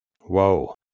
Whoa